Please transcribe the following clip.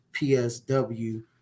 PSW